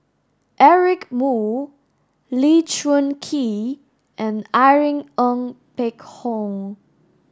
Eric Moo Lee Choon Kee and Irene Ng Phek Hoong